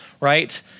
right